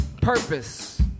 Purpose